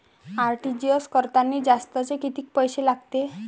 RTGS करतांनी जास्तचे कितीक पैसे लागते?